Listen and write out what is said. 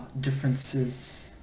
differences